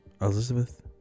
Elizabeth